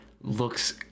looks